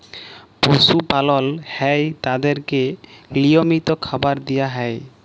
পশু পালল হ্যয় তাদেরকে লিয়মিত খাবার দিয়া হ্যয়